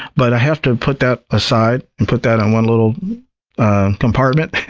but i have to put that aside and put that on one little compartment,